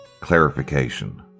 clarification